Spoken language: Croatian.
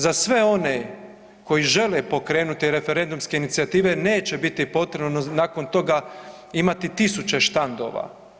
Za sve one koji žele pokrenuti referendumske inicijative neće biti potrebno nakon toga imati 1000 štandova.